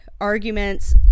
arguments